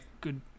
good